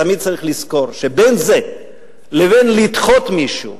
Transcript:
תמיד צריך לזכור שבין זה לבין לדחות מישהו,